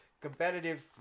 competitive